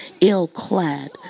ill-clad